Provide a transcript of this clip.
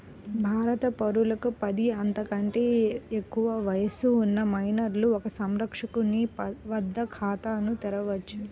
భారత పౌరులకు పది, అంతకంటే ఎక్కువ వయస్సు ఉన్న మైనర్లు ఒక సంరక్షకుని వద్ద ఖాతాను తెరవవచ్చు